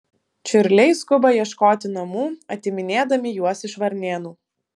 čiurliai skuba ieškoti namų atiminėdami juos iš varnėnų